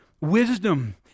wisdom